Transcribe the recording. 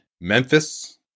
Memphis